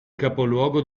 capoluogo